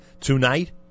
tonight